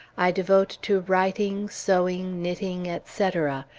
i devote to writing, sewing, knitting, etc,